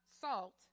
salt